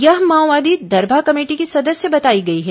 यह माओवादी दरभा कमेटी की सदस्य बताई गई है